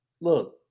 Look